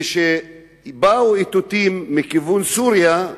כשבאו איתותים מכיוון סוריה,